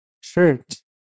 shirt